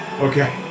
Okay